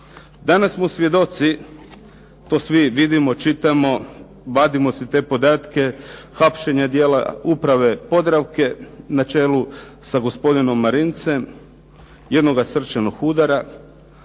Danas smo svjedoci, to svi vidimo, čitamo, vadimo si te podatke, hapšenja djela uprave "Podravke" na čelu sa gospodinom Marincem. Jednoga srčanog udara,